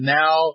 now